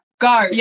go